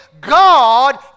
God